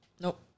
Nope